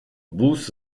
vůz